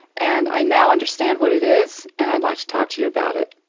and i now understand what it is, and i'd like to talk to you about it.